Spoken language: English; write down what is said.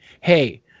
hey